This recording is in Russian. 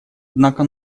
однако